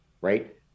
right